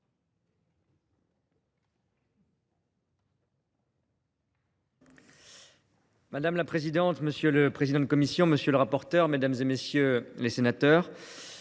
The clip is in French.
Madame la présidente, monsieur le président de la commission, monsieur le rapporteur, mesdames, messieurs les sénateurs,